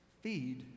Feed